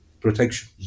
protection